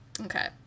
Okay